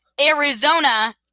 Arizona